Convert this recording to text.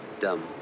Dumb